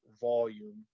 volume